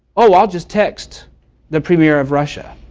oh, i'll just text the premier of russia.